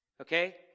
Okay